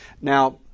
Now